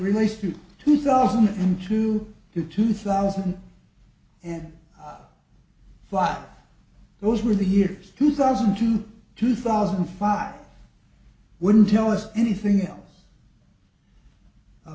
relates to two thousand and two to two thousand and five those were the years two thousand to two thousand and five wouldn't tell us anything else